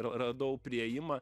radau priėjimą